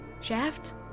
Shaft